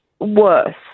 worse